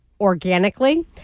organically